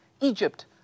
Egypt